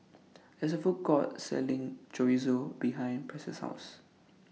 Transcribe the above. There IS A Food Court Selling Chorizo behind Press' House